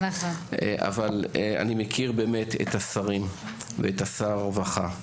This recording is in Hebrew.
אני מכיר את השרים ואת שר הרווחה,